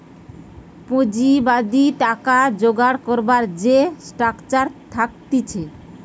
পুঁজিবাদী টাকা জোগাড় করবার যে স্ট্রাকচার থাকতিছে